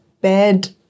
bed